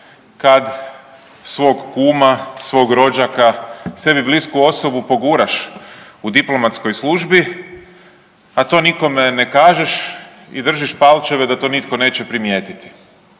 kad svog kuma, svog rođaka, sebi blisku osobu poguraš u diplomatskoj službi, a to nikome ne kažeš i držiš palčeve da to nitko neće primijetiti.